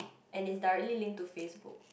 and it directly link to Facebook